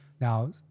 Now